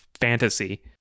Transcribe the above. fantasy